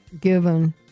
given